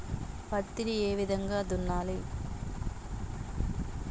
పత్తిని ఏ విధంగా దున్నాలి?